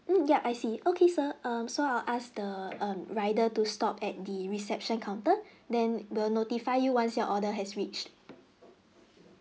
mm yup I see okay sir um so I'll ask the um rider to stop at the reception counter then they'll notify you once your order has reached